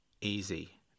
easy